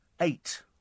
eight